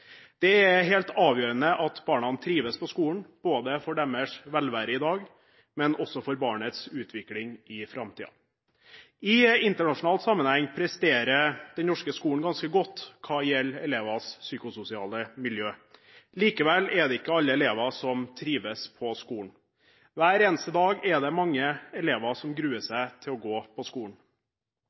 Det er helt avgjørende at barna trives på skolen, både for deres velvære i dag og for barnets utvikling i framtiden. I internasjonal sammenheng presterer den norske skolen ganske godt hva gjelder elevenes psykososiale miljø. Likevel er det ikke alle elever som trives på skolen. Hver eneste dag er det mange elever som gruer seg til å gå på skolen.